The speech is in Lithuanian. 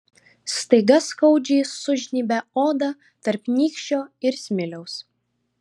staiga skaudžiai sužnybia odą tarp nykščio ir smiliaus